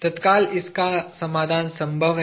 तत्काल इसका समाधान संभव है